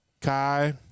Kai